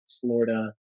Florida